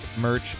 merch